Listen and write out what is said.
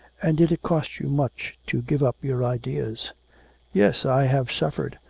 and did it cost you much to give up your ideas yes i have suffered.